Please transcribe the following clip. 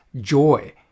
joy